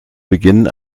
beginn